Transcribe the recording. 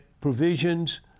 provisions